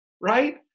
right